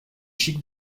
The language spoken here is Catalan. xic